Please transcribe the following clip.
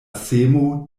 semo